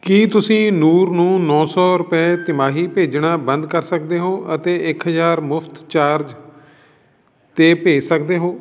ਕੀ ਤੁਸੀਂ ਨੂਰ ਨੂੰ ਨੌ ਸੌ ਰੁਪਏ ਤਿਮਾਹੀ ਭੇਜਣਾ ਬੰਦ ਕਰ ਸਕਦੇ ਹੋ ਅਤੇ ਇੱਕ ਹਜ਼ਾਰ ਮੁਫ਼ਤ ਚਾਰਜ 'ਤੇ ਭੇਜ ਸਕਦੇ ਹੋ